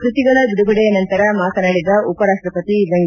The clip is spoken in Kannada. ಕೃತಿಗಳ ಬಿಡುಗಡೆಯ ನಂತರ ಮಾತನಾಡಿದ ಉಪರಾಷ್ಟಪತಿ ಎಂ